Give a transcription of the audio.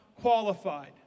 qualified